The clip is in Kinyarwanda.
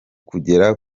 kugera